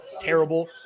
terrible